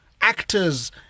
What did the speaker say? actors